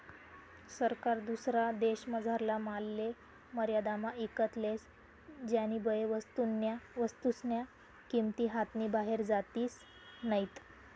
सरकार दुसरा देशमझारला मालले मर्यादामा ईकत लेस ज्यानीबये वस्तूस्न्या किंमती हातनी बाहेर जातीस नैत